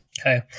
okay